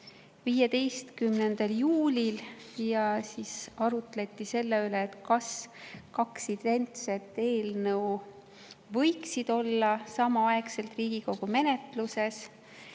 15. juulil. Arutleti selle üle, et kas kaks identset eelnõu võiksid olla samaaegselt Riigikogu menetluses.